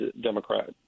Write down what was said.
Democrat